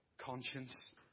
conscience